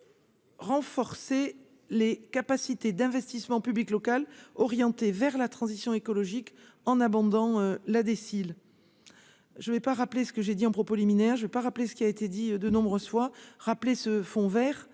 Renforcer les capacités d'investissement public local orienté vers la transition écologique en abondant la déciles je vais pas rappeler ce que j'ai dit en propos liminaire, je vais pas rappeler ce qui a été dit de nombreuses fois rappeler ce fond Vert